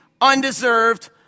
undeserved